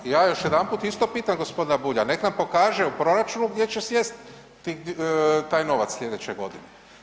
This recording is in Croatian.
Ja još jedanput isto pitam g. Bulja, nek nam pokaže u proračunu gdje će sjesti taj novac sljedeće godine.